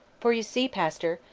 for you see, pastor,